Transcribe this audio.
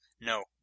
No